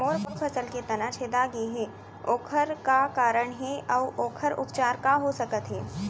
मोर फसल के तना छेदा गेहे ओखर का कारण हे अऊ ओखर उपचार का हो सकत हे?